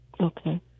Okay